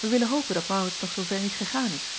ij willen hopen dat aurits nog zoover niet gegaan is